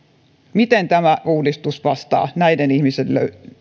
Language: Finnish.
miten tämä uudistus vastaa näiden ihmisten